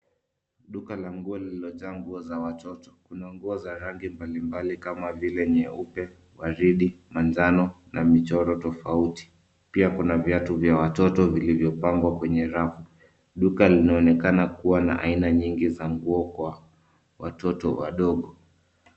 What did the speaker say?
Duka la nguo lililo jaa nguo za watoto kuna nguo za rangi mbali mbali kama vile nyeupe, waridi na manjano na michoro tofauti. Pia kuna viatu vya watoto vilivyo pangwa kwenye rafu. duka linaonekana kuwa na aina nyingi za nguo kwa watoto wadogo.